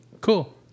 cool